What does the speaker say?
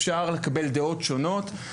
אפשר לקבל דעות שונות.